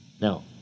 Now